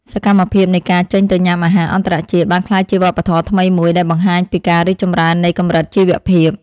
សកម្មភាពនៃការចេញទៅញ៉ាំអាហារអន្តរជាតិបានក្លាយជាវប្បធម៌ថ្មីមួយដែលបង្ហាញពីការរីកចម្រើននៃកម្រិតជីវភាព។